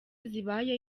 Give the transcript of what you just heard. zibaye